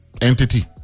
entity